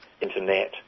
internet